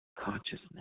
consciousness